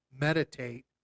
meditate